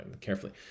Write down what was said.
carefully